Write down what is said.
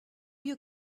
you